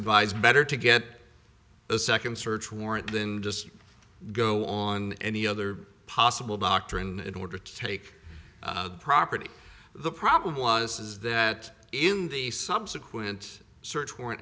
advise better to get a second search warrant than just go on any other possible doctrine in order to take property the problem was is that in the subsequent search warrant